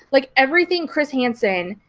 like, everything chris hansen